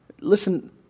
Listen